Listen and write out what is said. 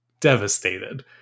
devastated